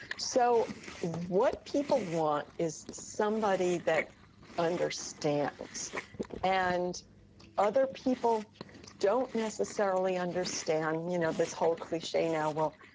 so what people want is somebody that understands and other people don't necessarily understand you know this whole cliche now, well,